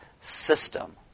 system